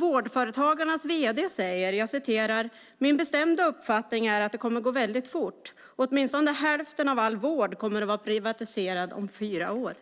Vårdföretagarnas vd säger: "Min bestämda uppfattning är att det kommer gå väldigt fort. Åtminstone hälften av all vård kommer att drivas privat om fyra år."